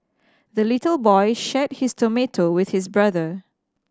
the little boy shared his tomato with his brother